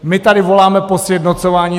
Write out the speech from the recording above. My tady voláme po sjednocování.